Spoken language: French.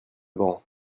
grand